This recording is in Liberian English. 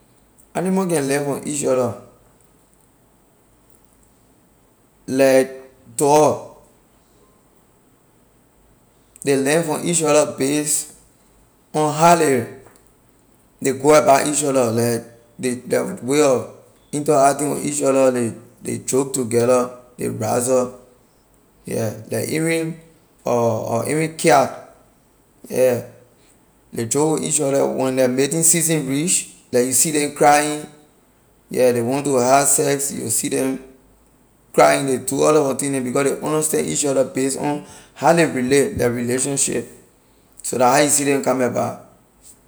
Animal can learn from each other like dog ley learn from each other base on how ley ley go about each other like ley leh way of interacting with each other ley ley joke together ley wrestle yeah like even even cat yeah ley joke with each other when leh mating season reach like you see them crying yeah ley want to have sex you will see them crying ley do all lot of thing neh because ley understand each other base on how ley relate la relationship so la how you see them come about.